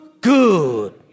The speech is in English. good